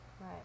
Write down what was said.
Right